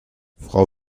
frau